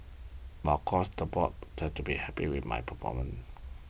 but of course the board tend to be happy with my performance